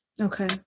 Okay